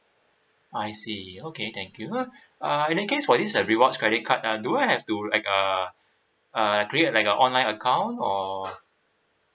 I see okay thank you ah uh in that case for this uh rewards credit card uh do I have to like uh uh create like a online account or